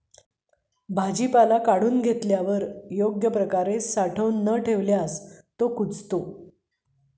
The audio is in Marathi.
भाजीपाला काढून ठेवल्यावर योग्य प्रकारे साठवून न घेतल्यास तो कुजतो